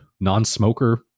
non-smoker